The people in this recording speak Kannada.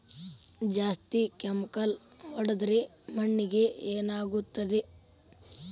ಜಾಸ್ತಿ ಕೆಮಿಕಲ್ ಹೊಡೆದ್ರ ಮಣ್ಣಿಗೆ ಏನಾಗುತ್ತದೆ?